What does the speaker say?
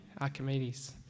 Archimedes